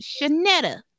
Shanetta